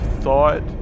thought